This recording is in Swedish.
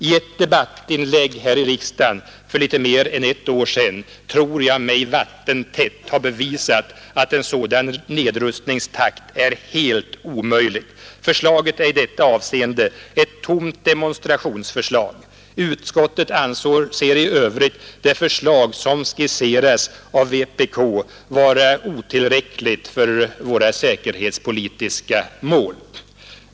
I ett debattinlägg här i riksdagen för litet mer än ett år sedan tror jag mig vattentätt ha bevisat att en sådan nedrustningstakt är helt omöjlig. Förslaget är i detta avseende ett tomt demonstrationsförslag. Utskottet anser i övrigt det förslag som skisseras av vpk vara otillräckligt för våra säkerhetspolitiska mål.